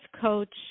coach